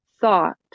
thought